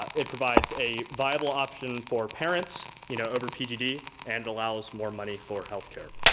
it provides a viable option for parents, you know, over pgd and allows more money for healthcare.